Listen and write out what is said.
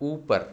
ऊपर